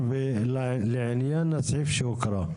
בני, מה אתה אומר?